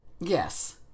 Yes